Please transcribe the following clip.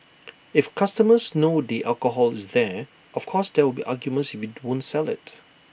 if customers know the alcohol is there of course there will be arguments won't sell IT